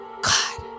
God